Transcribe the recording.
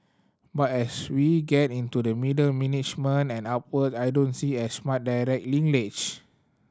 but as we get into the middle management and upward I don't see as much direct linkage